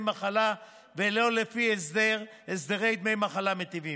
מחלה ולא לפי הסדרי דמי מחלה מיטיבים.